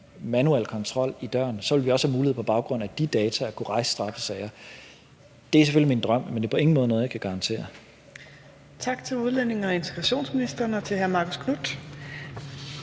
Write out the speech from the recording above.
manuel kontrol i døren, have mulighed for på baggrund af de data at kunne rejse straffesager. Det er selvfølgelig min drøm, men det er på ingen måde noget, jeg kan garantere. Kl. 14:43 Fjerde næstformand (Trine Torp): Tak til udlændinge- og integrationsministeren og til hr. Marcus Knuth.